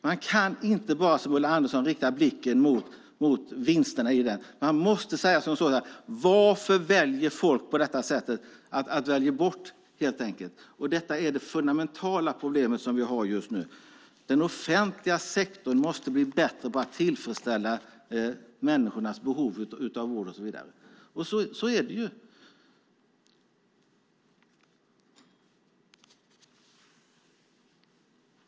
Man kan inte bara, som Ulla Andersson gör, rikta blicken mot vinsterna, utan man måste fråga sig varför folk väljer som de gör och helt enkelt väljer bort. Detta är det fundamentala problemet just nu. Den offentliga sektorn måste bli bättre på att tillfredsställa människornas behov av vård och så vidare. Så är det!